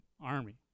army